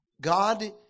God